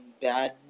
bad